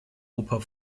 oper